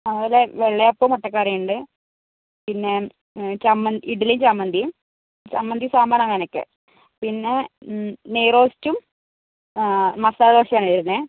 അതുപോലെ വെള്ളയപ്പവും മുട്ടക്കറിയും ഉണ്ട് പിന്നെ ഇഡ്ഡലിയും ചമ്മന്തിയും ചമ്മന്തി സാമ്പാർ അങ്ങനെയൊക്കെ പിന്നെ നെയ്റോസ്റ്റും മസാല ദോശയും ആണ് വരുന്നത്